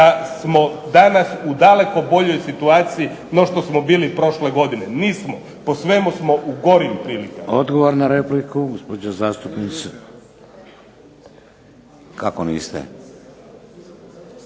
da smo danas u daleko boljoj situaciji no što smo bili prošle godine. Nismo! Po svemu smo u gorim prilikama. **Šeks, Vladimir (HDZ)** Odgovor na repliku, gospođa zastupnica. …